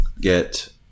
get